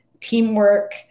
teamwork